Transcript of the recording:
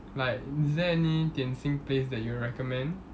like is there any 点心 place that you recommend